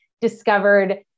discovered